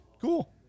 cool